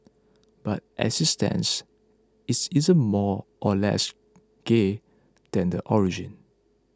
but as it stands it's isn't more or less gay than the origin